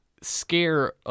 scare